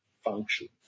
function